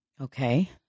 Okay